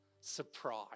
Surprise